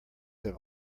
have